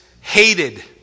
hated